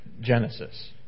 Genesis